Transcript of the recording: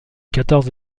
quatorze